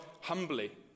humbly